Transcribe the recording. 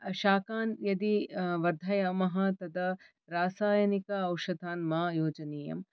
शाकान् यदि वर्धयामः तदा रासायनिक औषधान् मा योजनीयम्